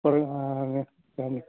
കുറേ ആ